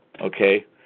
Okay